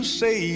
say